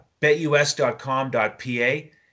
betus.com.pa